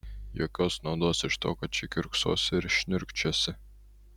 jokios naudos iš to kad čia kiurksosi ir šniurkščiosi